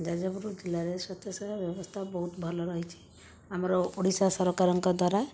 ଯାଜପୁର ଜିଲ୍ଲାରେ ସ୍ୱାସ୍ଥ୍ୟସେବା ବ୍ୟବସ୍ଥା ବହୁତ ଭଲ ରହିଛି ଆମର ଓଡ଼ିଶା ସରକାରଙ୍କ ଦ୍ୱାରା